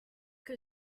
que